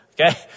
Okay